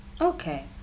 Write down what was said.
okay